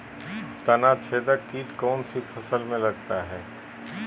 तनाछेदक किट कौन सी फसल में लगता है?